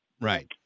right